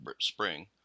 spring